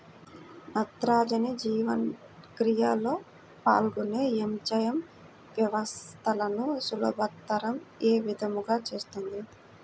నత్రజని జీవక్రియలో పాల్గొనే ఎంజైమ్ వ్యవస్థలను సులభతరం ఏ విధముగా చేస్తుంది?